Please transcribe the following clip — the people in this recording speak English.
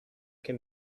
can